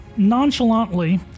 nonchalantly